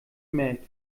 merkt